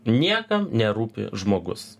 niekam nerūpi žmogus